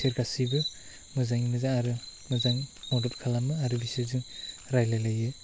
बिसोर गासैबो मोजाङै मोजां आरो मोजां मदद खालामो आरो बिसोरजों रायलायलायो